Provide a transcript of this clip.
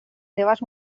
seves